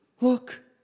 Look